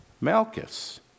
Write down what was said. Malchus